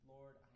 Lord